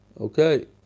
Okay